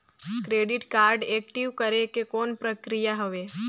Credit card active करे के कौन प्रक्रिया हवे?